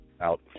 out